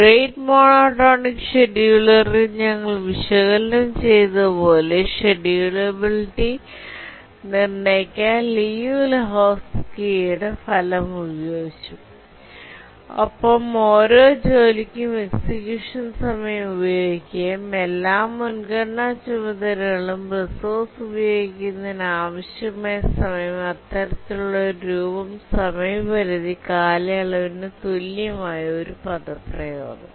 rate monotonic ഷെഡ്യൂളറിൽ ഞങ്ങൾ വിശകലനം ചെയ്തതുപോലെ ഷെഡ്യൂളബിലിറ്റി നിർണ്ണയിക്കാൻ ലിയു ലെഹോസ്കിഫലം ഉപയോഗിച്ചു ഒപ്പം ഓരോ ജോലിക്കും എക്സിക്യൂഷൻ സമയം ഉപയോഗിക്കുകയും എല്ലാ മുൻഗണനാ ചുമതലകളും റിസോഴ്സ് ഉപയോഗിക്കുന്നതിന് ആവശ്യമായ സമയം അത്തരത്തിലുള്ള ഒരു രൂപം സമയപരിധി കാലയളവിന് തുല്യമായ ഒരു പദപ്രയോഗം